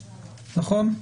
נכון?